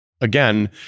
Again